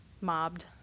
mobbed